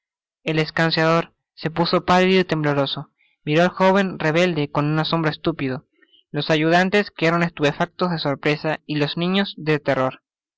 el escanciador se puso pálido y tembloroso miró al joven re belde con un asombro estúpido los ayudantes quedaron estupefactos de sorpresa y los niños de terror